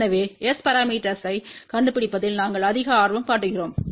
எனவே S பரமீட்டர்ஸ்வைக் கண்டுபிடிப்பதில் நாங்கள் அதிக ஆர்வம் காட்டுகிறோம்